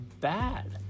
bad